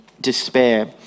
despair